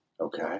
Okay